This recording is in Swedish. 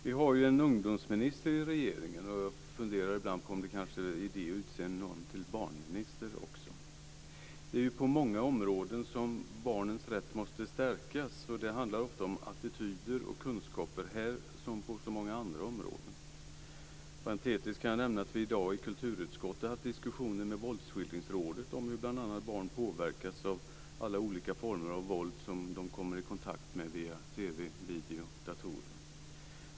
Vi har ju en ungdomsminister i regeringen, och jag funderar ibland på om det kanske vore idé att också utse någon till barnminister. Det är på många områden som barnens rätt måste stärkas. Det handlar ofta om attityder och kunskaper här som på så många andra områden. Parentetiskt kan jag nämna att vi i dag i kulturutskottet haft diskussioner med Våldsskildringsrådet bl.a. om hur barn påverkas av alla olika former av våld som de kommer i kontakt med via TV, video och datorer.